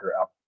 out